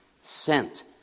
sent